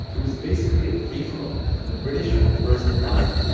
it was basically a free-for-all, and the british were first in line.